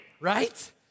Right